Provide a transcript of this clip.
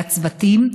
לצוותים,